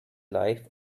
life